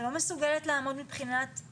שלא מסוגלת לעמוד מבחינת האמצעים הטכנולוגיים,